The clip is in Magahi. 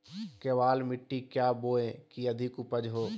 केबाल मिट्टी क्या बोए की अधिक उपज हो?